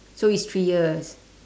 so it's three years